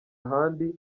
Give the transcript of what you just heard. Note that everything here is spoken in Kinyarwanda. ahandi